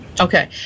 Okay